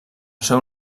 seu